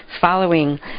following